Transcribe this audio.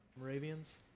Moravians